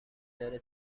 داره